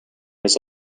was